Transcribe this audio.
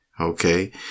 Okay